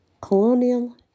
colonial